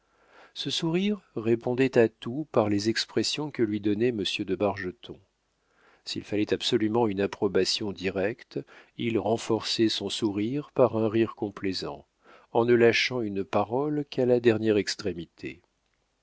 ce sourire répondait à tout par les expressions que lui donnait monsieur de bargeton s'il fallait absolument une approbation directe il renforçait son sourire par un rire complaisant en ne lâchant une parole qu'à la dernière extrémité